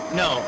no